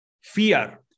fear